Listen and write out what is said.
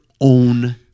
own